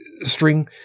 string